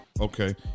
Okay